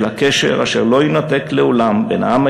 של הקשר אשר לא יינתק לעולם בין העם